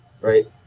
right